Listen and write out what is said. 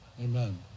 amen